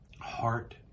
heart